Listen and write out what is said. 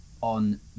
on